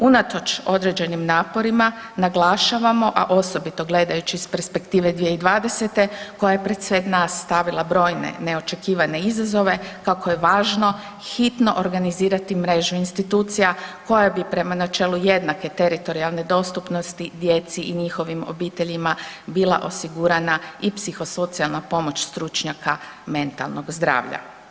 Unatoč određenim naporima naglašavamo, a osobito gledajući iz perspektive 2020. koja je pred sve nas stavila brojne neočekivane izazove kako je važno hitno organizirati mrežu institucija koja bi prema načelu jednake teritorijalne dostupnosti djeci i njihovim obiteljima bila osigurana i psihosocijalna pomoć stručnjaka mentalnog zdravlja.